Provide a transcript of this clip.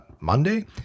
Monday